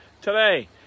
Today